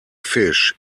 fish